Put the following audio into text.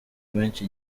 menshi